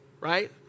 right